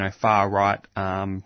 far-right